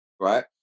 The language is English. right